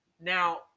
Now